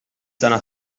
sena